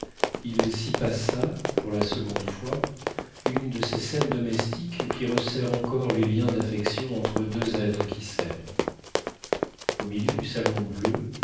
il s'y passa pour la seconde fois une de ces scènes domestiques qui resserrent encore les liens d'affection entre deux êtres qui s'aiment au milieu du salon bleu